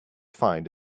find